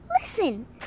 Listen